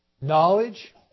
Knowledge